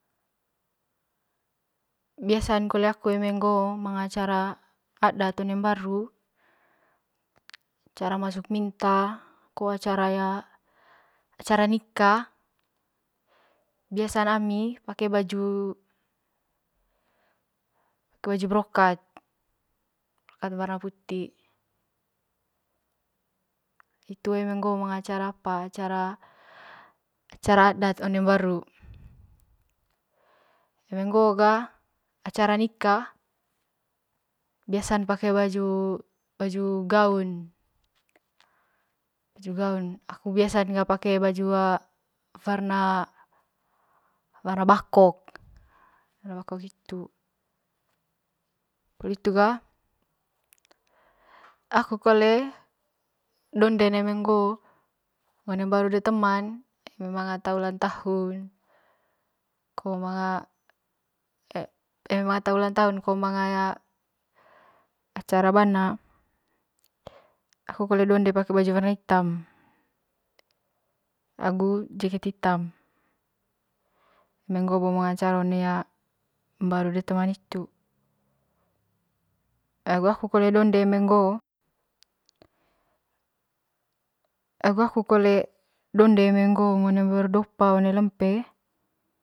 Iasan kole aku eme ngo manga acara adat one mbaru acara masuk minta ko avcara ya biasan ami pake baju pake baju brokat warna puti hitu eme ngo manga acara apa acara acara adat one mabru eme ngoo ga biasan pake baju gaun baju gaun aku biasan ga pake baju warna warna bakok poli hitu ga aku kole donden eme ngoo ngo one mbaru de teman eme manga ata ulanng tahun ko manga eme mang ata ulang tahun ko manga ya acara bana aku kole donde pake baju warna hitam agu jeket hitam eme ngoo manga acara one mbaru de teman hitu ai aku kole donde eme ngoo agu aku kole donde eme ngoo ngo one mbaru de opa one lempe.